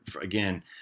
again